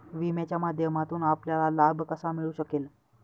विम्याच्या माध्यमातून आपल्याला लाभ कसा मिळू शकेल?